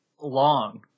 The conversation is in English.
long